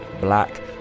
black